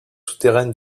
souterraines